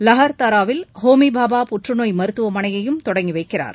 லெஹர்தாரா வில் ஹோமிபாபா புற்றுநோய் மருத்துவமனையையும் தொடங்கிவைக்கிறார்